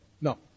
No